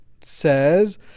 says